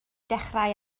dechrau